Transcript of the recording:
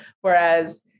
Whereas